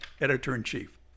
editor-in-chief